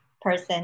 person